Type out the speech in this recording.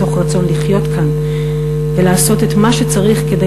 מתוך רצון לחיות כאן ולעשות את מה שצריך כדי